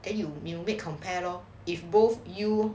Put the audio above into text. then you mean we make compare lor if both U